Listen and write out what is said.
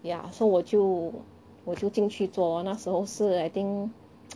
ya so 我就我就进去做那时候是 I think